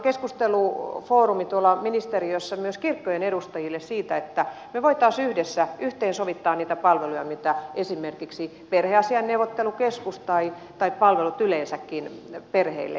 meillä on ministeriössä keskustelufoorumi myös kirkkojen edustajille siitä että me voisimme yhdessä yhteensovittaa niitä palveluja joita esimerkiksi perheasiain neuvottelukeskus tai palvelut yleensäkin perheille tarjoavat